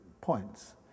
points